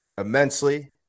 immensely